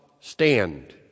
stand